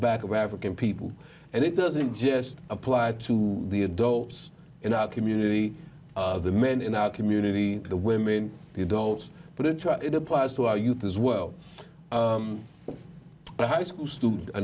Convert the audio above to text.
back of african people and it doesn't just apply to the adults in our community the men in our community the women the adults but it applies to our youth as well the high school student